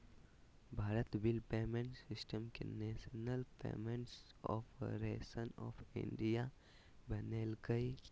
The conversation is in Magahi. भारत बिल पेमेंट सिस्टम के national payments corporation of India बनैल्कैय